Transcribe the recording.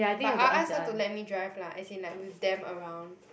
but I'll ask her to let me drive lah as in like with them around